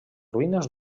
ruïnes